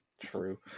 True